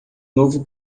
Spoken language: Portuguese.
novo